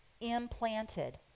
implanted